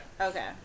Okay